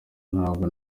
ntabwo